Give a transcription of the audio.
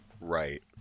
right